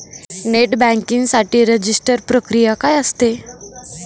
Net banking साठी register प्रक्रिया काय असते?